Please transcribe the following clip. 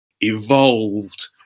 evolved